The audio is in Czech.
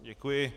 Děkuji.